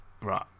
Right